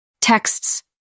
Texts